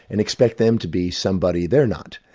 and expect them to be somebody they're not,